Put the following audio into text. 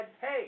hey